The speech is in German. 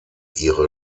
ihre